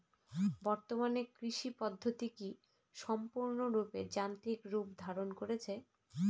বর্তমানে কৃষি পদ্ধতি কি সম্পূর্ণরূপে যান্ত্রিক রূপ ধারণ করেছে?